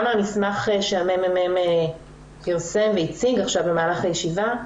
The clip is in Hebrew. גם מהמסמך שהממ"מ פרסם והציג עכשיו, במהלך הישיבה,